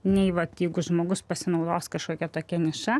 nei vat jeigu žmogus pasinaudos kažkokia tokia niša